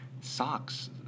Socks